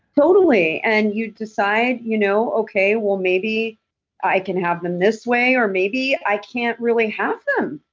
totally. and you decide, you know okay, well maybe i can have them this way, or maybe i can't really have them.